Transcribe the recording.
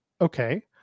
Okay